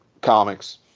comics